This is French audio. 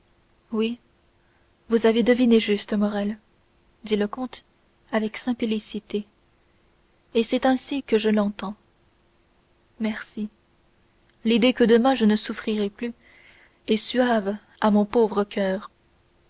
oui vous avez deviné juste morrel dit le comte avec simplicité et c'est ainsi que je l'entends merci l'idée que demain je ne souffrirai plus est suave à mon pauvre coeur